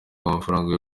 k’amafaranga